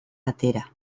atera